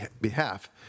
behalf